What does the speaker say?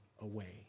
away